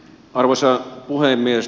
arvoisa puhemies